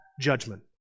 judgment